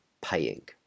paying